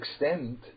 extent